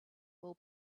will